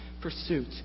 pursuit